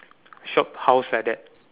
shophouse like that